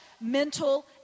mental